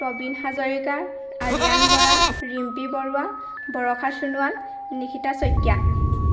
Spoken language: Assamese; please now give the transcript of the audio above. প্ৰবীন হাজৰিকা আৰিয়ান বৰা ৰিম্পী বৰুৱা বৰষা চোনোৱাল নিশিতা শইকীয়া